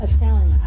Italian